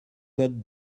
code